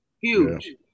Huge